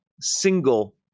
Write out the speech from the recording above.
single